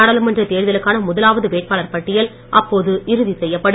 நாடாளுமன்ற தேர்தலுக்கான முதலாவது வேட்பாளர் பட்டியல் அப்போது இறுதி செய்யப்படும்